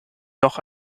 noch